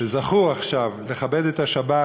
שזכו עכשיו לכבד את השבת,